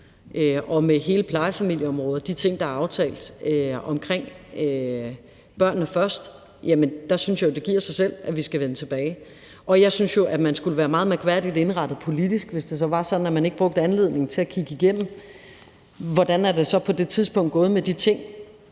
og hele plejefamilieområdet og de ting, der er aftalt i »Børnene Først«, synes jeg jo, det giver sig selv, at vi skal vende tilbage. Og jeg synes jo, at man skulle være meget mærkværdigt indrettet politisk, hvis det så var sådan, at man ikke brugte anledningen til at kigge igennem, hvordan det så på det tidspunkt er gået med de ting.